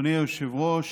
אדוני היושב-ראש,